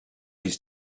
his